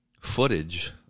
footage